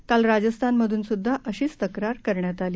काल राजस्थानमधून सुद्धा अशीच तक्रार करण्यात आली